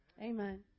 Amen